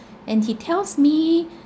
and he tells me